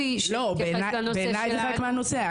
בעיני זה חלק מהנושא.